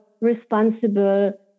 responsible